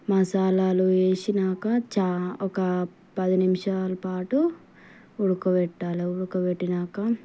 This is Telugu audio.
మసాలాలు వేసాక చా ఒక పది నిమిషాలు పాటు ఉడకబెట్టాలి ఉడకబెట్టినాక